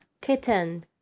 kitten